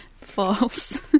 False